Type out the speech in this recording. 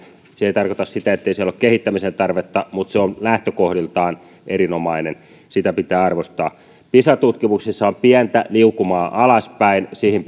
se ei tarkoita sitä ettei siellä ole kehittämisen tarvetta mutta se on lähtökohdiltaan erinomainen sitä pitää arvostaa pisa tutkimuksissa on pientä liukumaa alaspäin siihen